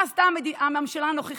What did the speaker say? מה עשתה הממשלה הנוכחית?